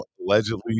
Allegedly